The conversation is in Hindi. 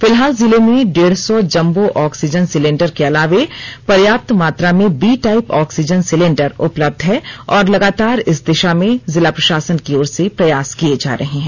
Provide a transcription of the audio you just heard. फिलहाल जिले में डेढ़ सौ जंबो ऑक्सीजन सिलेंडर के अलावे पर्याप्त मात्रा में बी टाइप ऑक्सीजन सिलेंडर उपलब्ध है और लगातार इस दिशा में जिला प्रशासन की ओर से प्रयास किए जा रहे हैं